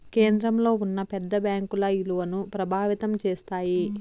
కేంద్రంలో ఉన్న పెద్ద బ్యాంకుల ఇలువను ప్రభావితం చేస్తాయి